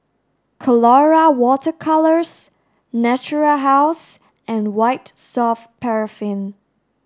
Colora Water Colours Natura House and White soft paraffin